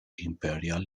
imperial